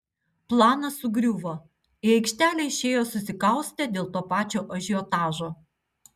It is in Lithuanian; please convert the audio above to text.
planas sugriuvo į aikštelę išėjo susikaustę dėl to pačio ažiotažo